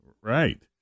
Right